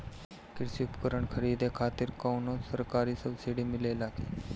कृषी उपकरण खरीदे खातिर कउनो सरकारी सब्सीडी मिलेला की?